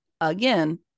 again